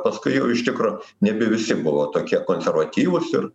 paskui jau iš tikro nebe visi buvo tokie konservatyvūs ir